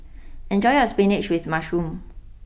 enjoy your spinach with Mushroom